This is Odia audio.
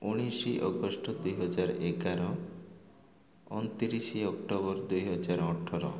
ଉଣେଇଶ ଅଗଷ୍ଟ ଦୁଇହଜାର ଏଗାର ଅଣତିରିଶ ଅକ୍ଟୋବର ଦୁଇହଜାର ଅଠର